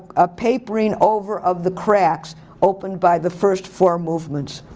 a papering over of the cracks opened by the first four movements.